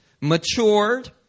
matured